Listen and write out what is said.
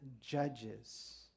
judges